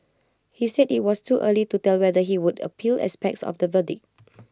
he said IT was too early to tell whether he would appeal aspects of the verdict